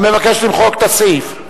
המבקשת למחוק את הסעיף.